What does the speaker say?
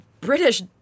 British